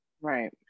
Right